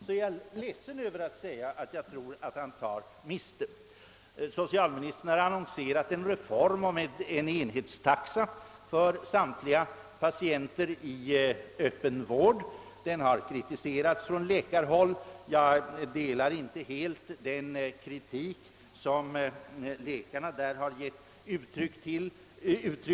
Om statsrådet tror detta, är jag ledsen att behöva säga att han nog tar miste. Socialministern har aviserat en reform med enhetstaxa för samtliga patienter i öppen vård. Den har kritiserats från läkarhåll. Jag delar inte helt den kritik som läkarna givit uttryck för.